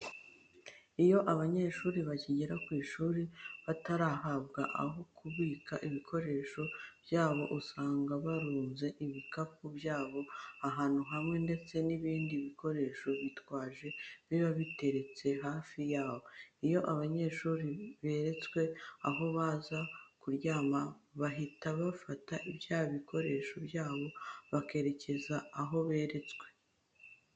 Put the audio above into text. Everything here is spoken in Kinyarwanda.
Iyo abanyeshuri bakigera ku ishuri batarahabwa aho kubika ibikoresho byabo usanga barunze ibikapu byabo ahantu hamwe ndetse n'ibindi bikoresho bitwaje biba biteretse hafi aho. Iyo abanyeshuri beretswe aho baza kuryama bahita bafata bya bikoresho byabo bakerekeza aho beretswe.